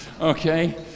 okay